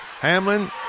Hamlin